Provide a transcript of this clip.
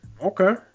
Okay